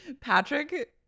Patrick